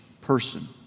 person